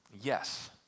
Yes